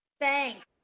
Thanks